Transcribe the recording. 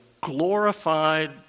glorified